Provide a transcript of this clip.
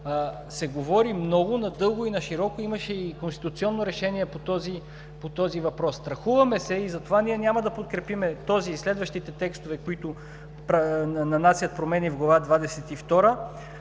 се говори много, надълго и нашироко, имаше и конституционно решение по този въпрос. Страхуваме се и затова ние няма да подкрепим този и следващите текстове, които нанасят промени в Глава